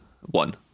One